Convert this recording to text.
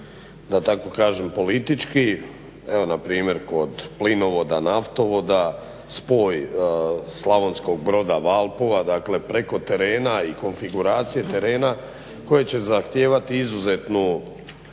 da tako kažem politički evo npr. kod plinovoda, naftovoda spoj Slavonskog Broda-Valpova dakle preko terena i konfiguracije terena koje će zahtijevati izuzetnu